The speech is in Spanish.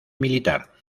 militar